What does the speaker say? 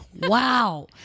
Wow